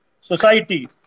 society